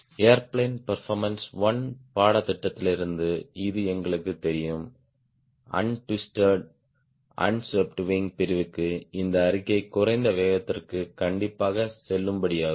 airplane performance 1 பாடத்திட்டத்திலிருந்து இது எங்களுக்குத் தெரியும் அண்ட்விஸ்ட்டேட் அண்ஸ்வீப்ட் விங் பிரிவுக்கு இந்த அறிக்கை குறைந்த வேகத்திற்கு கண்டிப்பாக செல்லுபடியாகும்